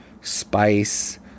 spice